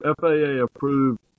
FAA-approved